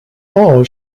all